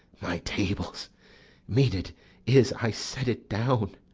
my tables meet it is i set it down,